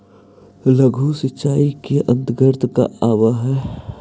लघु सिंचाई के अंतर्गत का आव हइ?